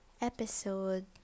episode